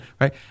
Right